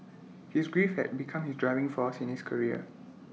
his grief had become his driving force in his career